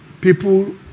people